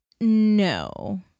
no